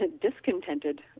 discontented